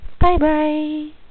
Bye-bye